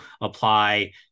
apply